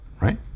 right